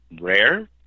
rare